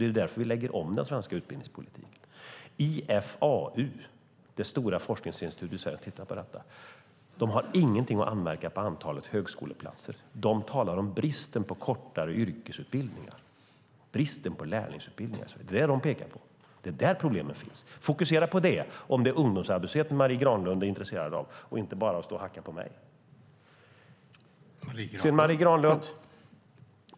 Det är därför vi lägger om den svenska utbildningspolitiken. IFAU, det stora forskningsinstitutet i Sverige, har tittat på detta. De har ingenting att anmärka på antalet högskoleplatser. De talar om bristen på kortare yrkesutbildningar och bristen på lärlingsutbildningar. Det är det som de pekar på. Det är där problemen finns. Fokusera på det, om det är ungdomsarbetslösheten Marie Granlund är intresserad av, i stället för att bara stå och hacka på mig!